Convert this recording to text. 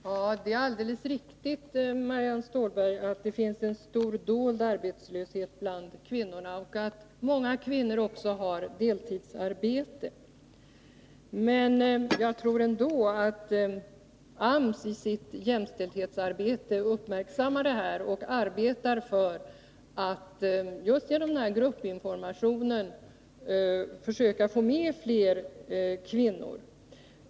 Herr talman! Det är alldeles riktigt, Marianne Stålberg, att det finns en stor dold arbetslöshet bland kvinnorna och att många kvinnor dessutom har deltidsarbete. Men jag tror ändå att arbetsmarknadsstyrelsen i sitt jämställdhetsarbete uppmärksammar detta och arbetar för att genom gruppinformationen försöka få med fler kvinnor.